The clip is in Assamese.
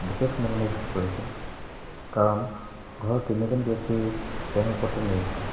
বিশেষ মনোনিৱেশ কৰিছিল কাৰণ ঘৰৰ তিনিজন ব্যক্তিৰো তেওঁৰ ওপৰতে নিৰ্ভৰ